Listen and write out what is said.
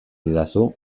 didazu